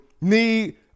need